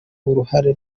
uruhare